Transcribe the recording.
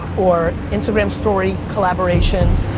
or instagram story collaborations,